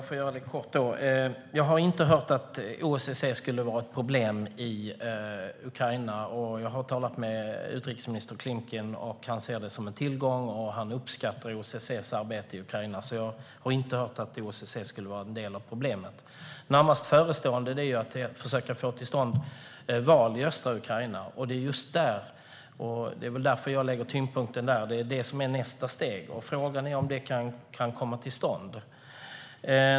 Herr talman! Jag har inte hört att OSSE skulle vara ett problem i Ukraina. Jag har talat med utrikesminister Klimkin, och han ser det som en tillgång. Han uppskattar OSSE:s arbete i Ukraina. Närmast förestående är att försöka få till stånd val i östra Ukraina. Jag lägger tyngdpunkten där eftersom det är nästa steg. Frågan är om det kan komma till stånd.